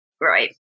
Right